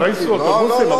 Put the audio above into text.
לא ייסעו אוטובוסים,